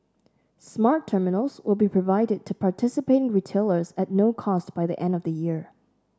smart terminals will be provided to participating retailers at no cost by the end of the year